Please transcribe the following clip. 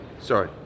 Sorry